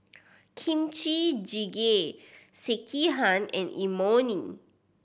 Kimchi Jjigae Sekihan and Imoni